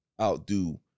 outdo